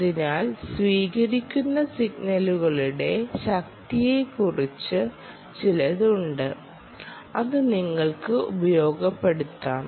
അതിനാൽ സ്വീകരിക്കുന്ന സിഗ്നലുകളുടെ ശക്തിയെക്കുറിച്ച് ചിലത് ഉണ്ട് അത് നിങ്ങൾക്ക് ഉപയോഗപ്പെടുത്താം